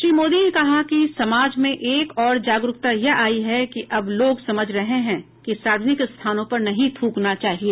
श्री मोदी ने कहा कि समाज में एक और जागरूकता यह आई है कि अब लोग समझ रहे हैं कि सार्वजनिक स्थानों पर नहीं थूकना चाहिए